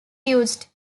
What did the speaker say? used